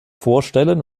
vorstellen